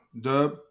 Dub